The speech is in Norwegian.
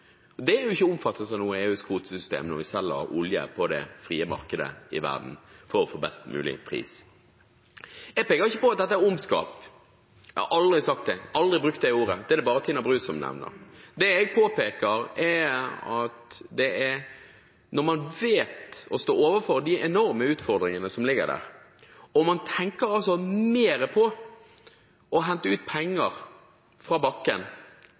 Det er ikke omfattet av noe i EUs kvotesystem når vi selger olje på det frie markedet i verden for å få best mulig pris. Jeg peker ikke på at dette er ondskap – jeg har aldri sagt det, jeg har aldri brukt det ordet. Det er det bare Tina Bru som nevner. Det jeg påpeker, er at når man vet om og står overfor de enorme utfordringene som ligger der, og man tenker mer på å hente ut penger fra bakken